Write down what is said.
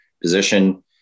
position